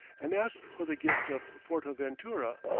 and asked for the gift of fortaventura,